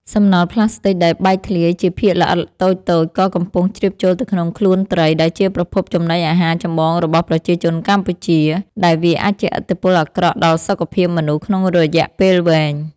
សំណល់ផ្លាស្ទិកដែលបែកធ្លាយជាភាគល្អិតតូចៗក៏កំពុងជ្រាបចូលទៅក្នុងខ្លួនត្រី ដែលជាប្រភពចំណីអាហារចម្បងរបស់ប្រជាជនកម្ពុជា ដែលវាអាចជះឥទ្ធិពលអាក្រក់ដល់សុខភាពមនុស្សក្នុងរយៈពេលវែង។